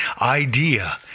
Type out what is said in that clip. idea